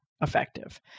effective